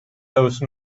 those